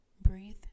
Breathe